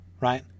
right